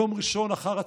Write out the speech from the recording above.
יום ראשון אחר הצוהריים.